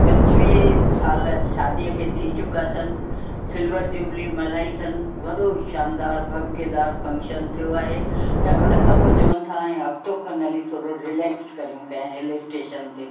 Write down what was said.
पंजवीह साल शादीअ खे थी चुका अथनि सिल्वर जुबली मल्हाई अथनि वॾो शानदार भपकेदार फंक्शन थियो आहे ऐं हुन खां पोइ चवनि था हाणे हफ़्तो खनि हली थोरो रिलेक्स करियूं कंहिं हिल स्टेशन ते